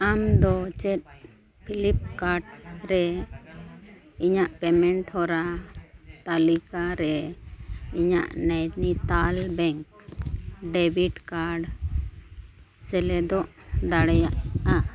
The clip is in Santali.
ᱟᱢ ᱫᱚ ᱪᱮᱫ ᱯᱷᱤᱞᱤᱯ ᱠᱟᱨᱴ ᱨᱮ ᱤᱧᱟᱹᱜ ᱯᱮᱢᱮᱱᱴ ᱦᱚᱨᱟ ᱛᱟᱞᱤᱠᱟᱨᱮ ᱤᱧᱟᱹᱜ ᱱᱚᱭᱱᱤᱛᱟᱞ ᱵᱮᱝᱠ ᱰᱮᱵᱤᱴ ᱠᱟᱨᱰ ᱥᱮᱞᱮᱫ ᱫᱟᱲᱮᱭᱟᱜᱼᱟ